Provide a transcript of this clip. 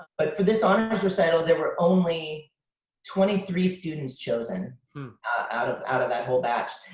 but for this honors recital, there were only twenty three students chosen out of out of that whole batch.